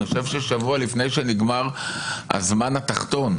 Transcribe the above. אני חושב ששבוע לפני שנגמר הזמן התחתון,